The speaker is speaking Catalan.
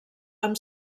amb